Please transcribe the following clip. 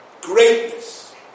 greatness